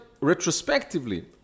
retrospectively